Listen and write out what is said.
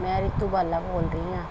ਮੈਂ ਰਿਤੂ ਬਾਲਾ ਬੋਲ ਰਹੀ ਹਾਂ